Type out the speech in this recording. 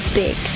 big